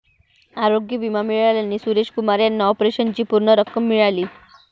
आरोग्य विमा मिळाल्याने सुरेश कुमार यांना ऑपरेशनची पूर्ण रक्कम मिळाली